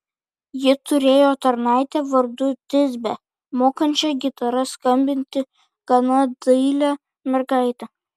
ji turėjo tarnaitę vardu tisbę mokančią gitara skambinti gana dailią mergaitę